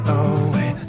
away